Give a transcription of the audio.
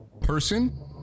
person